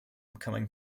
coming